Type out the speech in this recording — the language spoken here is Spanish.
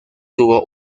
tuvo